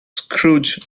scrooge